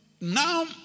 now